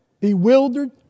bewildered